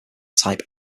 type